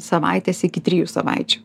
savaitės iki trijų savaičių